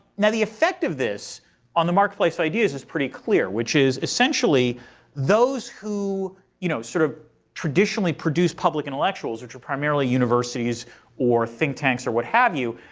now the effect of this on the marketplace of ideas is pretty clear. which is essentially those who you know sort of traditionally produce public intellectuals, which are primarily universities or think tanks or what have you,